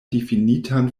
difinitan